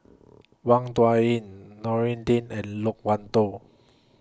Wang Dayuan Din and Loke Wan Tho